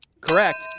Correct